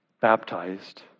baptized